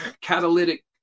catalytic